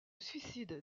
suicide